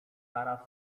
sara